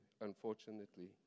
unfortunately